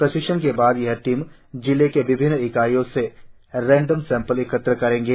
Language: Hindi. प्रशिक्षण के बाद यह टीम जिले के विभिन्न इकाइयो से रेंडम सेंपल इकत्रित करेंगे